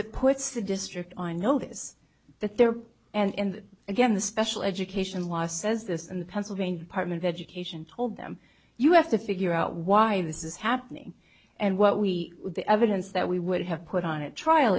it puts the district i notice that there and again the special education law says this and the pennsylvania department of education told them you have to figure out why this is happening and what we the evidence that we would have put on a trial